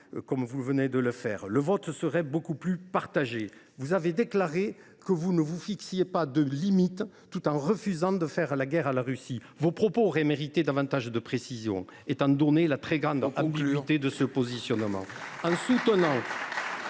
vôtre devant le Sénat, le vote serait bien plus partagé ! Vous avez déclaré que vous ne vous fixiez pas de limites, tout en refusant de faire la guerre à la Russie. Vos propos auraient mérité davantage de précisions, étant donné la très grande ambiguïté de ce positionnement.